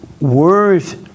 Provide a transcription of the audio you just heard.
Words